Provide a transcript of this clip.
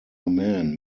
man